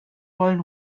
wollen